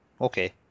Okay